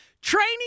Training